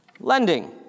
Lending